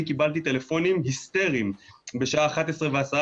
אני קיבלתי טלפונים היסטריים בשעה 23:10,